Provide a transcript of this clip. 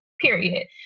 period